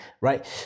right